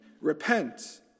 Repent